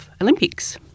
Olympics